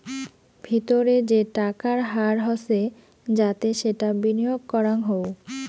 ভিতরে যে টাকার হার হসে যাতে সেটা বিনিয়গ করাঙ হউ